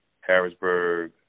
Harrisburg